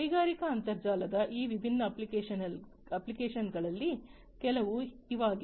ಕೈಗಾರಿಕಾ ಅಂತರ್ಜಾಲದ ಈ ವಿಭಿನ್ನ ಅಪ್ಲಿಕೇಶನ್ಗಳಲ್ಲಿ ಕೆಲವು ಇವಾಗಿವೆ